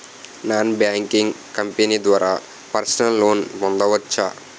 Non banking company ద్వారా personal loan పొందవచ్చా?